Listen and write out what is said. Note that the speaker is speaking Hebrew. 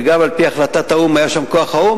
וגם על-פי החלטת האו"ם היה שם כוח או"ם,